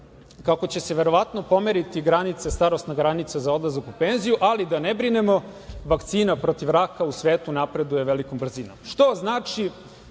kako će se verovatno pomeriti starosna granica za odlazak u penziju, ali da ne brinemo vakcina protiv raka u svetu napreduje velikom brzinom, što znači